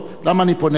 למה אני פונה אליך?